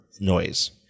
noise